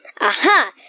Aha